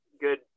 good